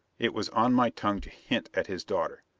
it was on my tongue to hint at his daughter.